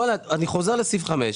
רולנד, אני חוזר לסעיף (5).